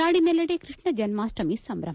ನಾಡಿನೆಲ್ಲೆಡೆ ಕೃಷ್ಣ ಜನ್ಮಾಷ್ಟಮಿ ಸಂಭ್ರಮ